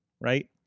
right